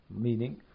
Meaning